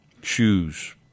shoes